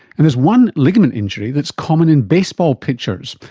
and there's one ligament injury that is common in baseball pitchers,